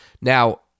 Now